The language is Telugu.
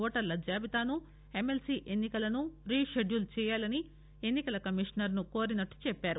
ఓటర్ల జాబితాను ఎమ్మెల్సీ ఎన్ని కలను రీ పెడ్యూల్ చేయాలని ఎన్ని కల కమిషనర్ ను కోరినట్లు చెప్పారు